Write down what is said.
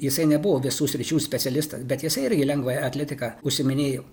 jisai nebuvo visų sričių specialistas bet jisai irgi lengvąja atletika užsiiminėjo